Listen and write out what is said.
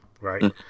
right